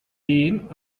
den